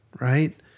right